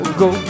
go